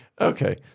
Okay